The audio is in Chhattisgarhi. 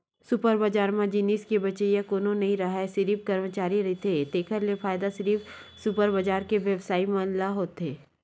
सुपर बजार म जिनिस के बेचइया कोनो नइ राहय सिरिफ करमचारी रहिथे तेखर ले फायदा सिरिफ सुपर बजार के बेवसायी ल होथे